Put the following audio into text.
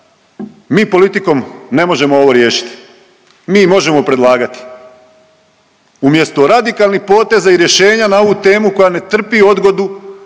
mi politikom ne možemo ovo riješiti. Mi možemo predlagati. Umjesto radikalnih poteza i rješenja na ovu temu koja ne trpi odgodu,